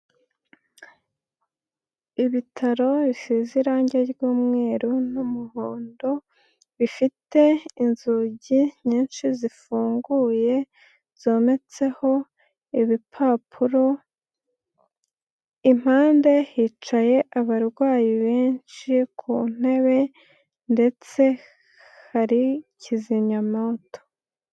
Ibitaro bisize irangi ry'umweru n'umuhondo bifite inzugi nyinshi zifunguye zometseho ibipapuro, impande hicaye abarwayi benshi ku ntebe ndetse hari kizimyamwoto.